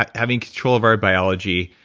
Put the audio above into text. having control of our biology.